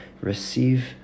receive